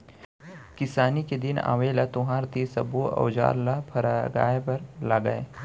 किसानी के दिन आवय त लोहार तीर सब्बो अउजार ल फरगाय बर लागय